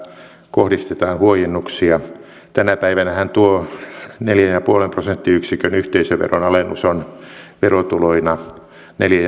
kohdistetaan huojennuksia tänä päivänähän tuo neljän pilkku viiden prosenttiyksikön yhteisöveron alennus on verotuloina neljä